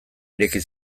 ireki